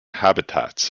habitats